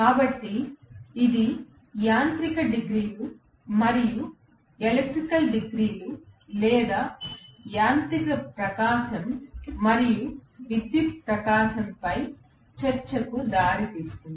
కాబట్టి ఇది యాంత్రిక డిగ్రీలు మరియు ఎలక్ట్రికల్ డిగ్రీలు లేదా యాంత్రిక ప్రకాశం మరియు విద్యుత్ ప్రకాశంపై చర్చకు దారి తీస్తుంది